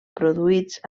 produïts